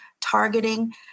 targeting